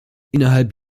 innerhalb